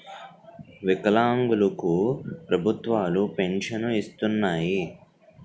వికలాంగులు కు ప్రభుత్వాలు పెన్షన్ను ఇస్తున్నాయి